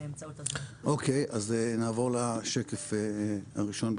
נעבור לשקף הראשון.